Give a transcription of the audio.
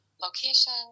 location